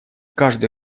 каждый